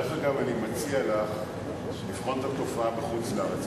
דרך אגב, אני מציע לך לבחון את התופעה בחוץ-לארץ.